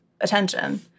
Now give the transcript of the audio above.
attention